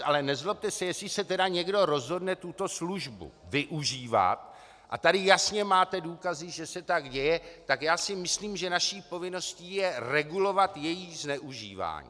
Ale nezlobte se, jestli se tedy někdo rozhodne tuto službu využívat, a tady jasně máte důkazy, že se tak děje, tak já si myslím, že naší povinností je regulovat její zneužívání.